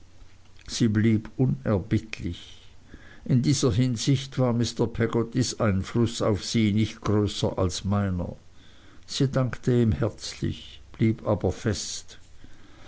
sie blieb unerbittlich in dieser hinsicht war mr peggottys einfluß auf sie nicht größer als meiner sie dankte ihm herzlich blieb aber fest